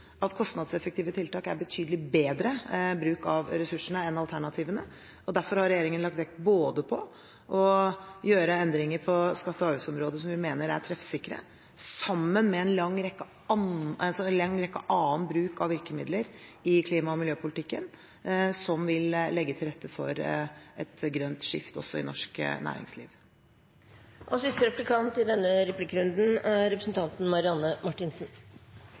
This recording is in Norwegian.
at kostnadseffektive tiltak er betydelig bedre bruk av ressursene enn alternativene. Derfor har regjeringen lagt vekt på gjøre endringer på skatte- og avgiftsområdet som vi mener er treffsikre, sammen med annen bruk av en lang rekke virkemidler i klima- og miljøpolitikken, som vil legge til rette for et grønt skifte også i norsk næringsliv. I går fikk vi nye tall fra SSB som viser et markert hopp i utviklingen av forskjeller mellom folk når det kommer til inntekt og